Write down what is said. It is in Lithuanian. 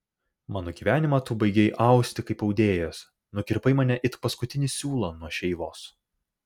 mano gyvenimą tu baigei austi kaip audėjas nukirpai mane it paskutinį siūlą nuo šeivos